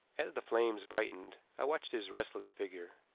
as the flames brightened i watched his restless figure.